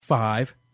Five